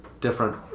different